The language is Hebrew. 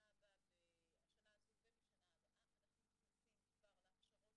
והשנה הזו ומשנה הבאה אנחנו מכניסים כבר להכשרות